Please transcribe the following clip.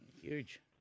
Huge